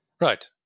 Right